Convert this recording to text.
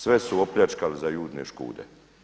Sve su opljačkali za Judine škude.